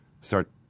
start